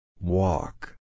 Walk